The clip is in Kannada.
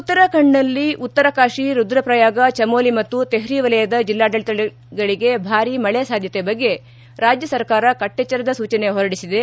ಉತ್ತರಾಖಂಡನಲ್ಲಿ ಉತ್ತರಕಾಶಿ ರುದ್ರಪ್ರಯಾಗ ಚಮೊಲಿ ಮತ್ತು ತೆಹ್ರಿ ವಲಯದ ಜಿಲ್ಲಾಡಳಿತಗಳಗೆ ಭಾರಿ ಮಳೆ ಸಾಧ್ಯತೆ ಬಗ್ಗೆ ರಾಜ್ಯ ಸರ್ಕಾರ ಕಟ್ಟೆಚ್ಚರದ ಸೂಚನೆ ಹೊರಡಿಸಿದೆ